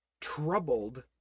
Troubled